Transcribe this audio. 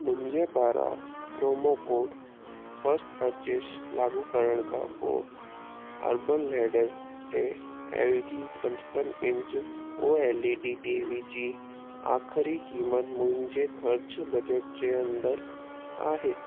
मुंहिंजे पारां promo code first purchase लागू करण खां पोइ अर्बनलैडर ते एलजी पंचपन इंच ओएलईडी टीवी जी आख़िरी क़ीमत मुंहिंजे ख़र्चु बजट जे अंदरि आहे